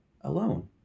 alone